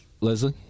leslie